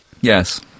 Yes